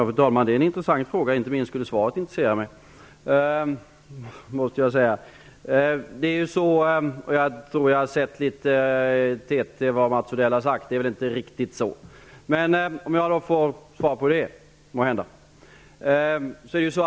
Fru talman! Det är en intressant fråga. Inte minst svaret skulle intressera mig, måste jag säga. Jag har läst litet grand i TT-meddelandet om vad Mats Odell har sagt. Men det förhåller sig väl inte riktigt så.